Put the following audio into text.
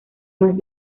más